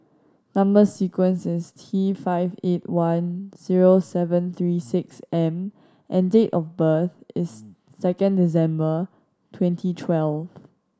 number sequence is T five eight one zero seven three six M and date of birth is second December twenty twelve